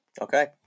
Okay